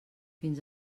fins